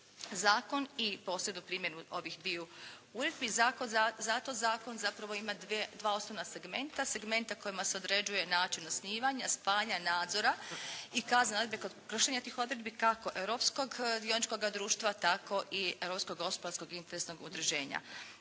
zakon i posebnu primjenu ovih dviju uredbi. Zato zakon zapravo ima dva osnovna segmenta, segmenta kojima se određuje način osnivanja, spajanja nadzora i kaznene odredbe kod kršenja tih odredbi, kako europskog dioničkog društva tako i europskog gospodarskog interesnog udruženja.